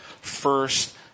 first